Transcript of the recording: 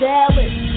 Dallas